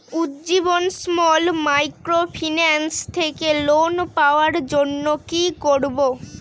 Ujjivan small microfinance থেকে loan পাওয়ার জন্য কি করব?